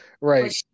Right